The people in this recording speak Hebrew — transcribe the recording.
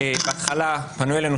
בהתחלה פנו אלינו,